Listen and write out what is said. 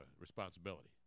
responsibility